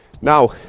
Now